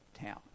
town